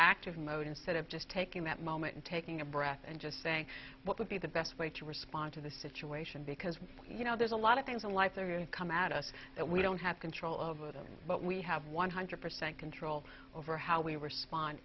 reactive mode instead of just taking that moment and taking a breath and just saying what would be the best way to respond to the situation because you know there's a lot of things in life come out us that we don't have control over them but we have one hundred percent control over how we respond